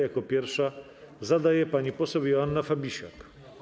Jako pierwsza pytanie zadaje pani poseł Joanna Fabisiak.